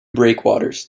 breakwaters